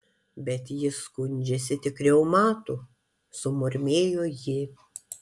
bet jis skundžiasi tik reumatu sumurmėjo ji